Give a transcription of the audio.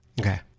okay